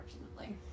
Unfortunately